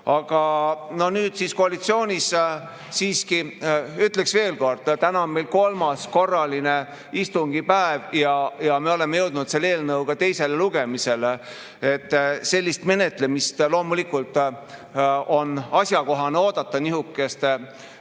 Nüüd siis koalitsioonis olles ütleksin siiski veel kord: täna on meil kolmas korraline istungipäev ja me oleme jõudnud selle eelnõuga teisele lugemisele. Sellist menetlemist loomulikult on asjakohane oodata nihukeste